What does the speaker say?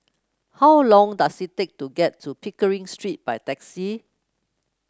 how long does it take to get to Pickering Street by taxi